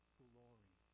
glory